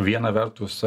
viena vertus